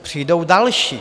Přijdou další.